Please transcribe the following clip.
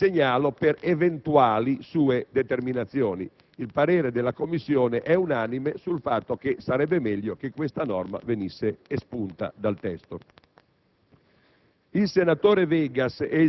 segnalo questo per eventuali sue determinazioni. Il parere della Commissione è unanime sul fatto che sarebbe meglio che tale norma venisse espunta dal testo.